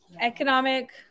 economic